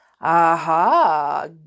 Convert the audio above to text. Aha